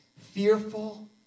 fearful